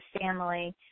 family